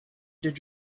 did